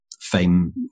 fame